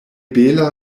bela